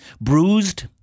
Bruised